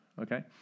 okay